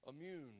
immune